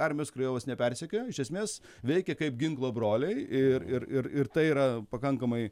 armijos krajovos nepersekiojo iš esmės veikė kaip ginklo broliai ir ir ir ir tai yra pakankamai